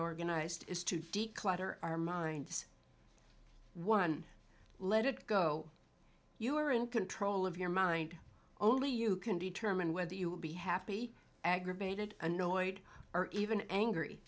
organized is to d clatter our minds one let it go you are in control of your mind only you can determine whether you will be happy aggravated annoyed or even angry